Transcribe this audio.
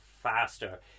faster